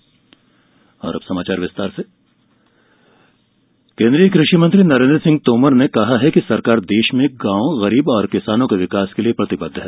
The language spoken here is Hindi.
सरकार कृषि कानून केंद्रीय कृषि मंत्री नरेंद्र सिंह तोमर ने कहा है कि सरकार देश में गांव गरीब और किसान के विकास के लिए प्रतिबद्ध है